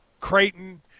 Creighton